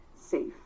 safe